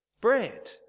bread